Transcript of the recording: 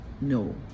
No